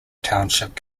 township